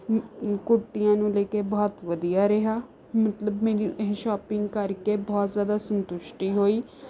ਕੁੜਤੀਆਂ ਨੂੰ ਲੈ ਕੇ ਬਹੁਤ ਵਧੀਆ ਰਿਹਾ ਮਤਲਬ ਮੇਰੀ ਇਹ ਸ਼ੋਪਿੰਗ ਕਰਕੇ ਬਹੁਤ ਜ਼ਿਆਦਾ ਸੰਤੁਸ਼ਟੀ ਹੋਈ